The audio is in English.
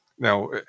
Now